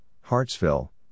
Hartsville